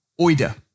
oida